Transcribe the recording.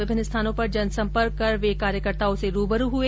विभिन्न स्थानों पर जनसंपर्क कर वे कार्यकर्ताओं से रूबरू हुए